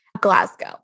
Glasgow